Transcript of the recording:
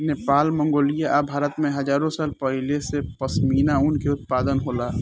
Nepal, Mongolia आ भारत में हजारो साल पहिले से पश्मीना ऊन के उत्पादन होला